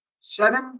seven